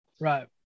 Right